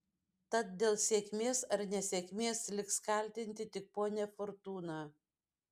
tad dėl sėkmės ar nesėkmės liks kaltinti tik ponią fortūną